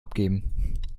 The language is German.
abgeben